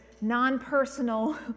non-personal